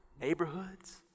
neighborhoods